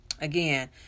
again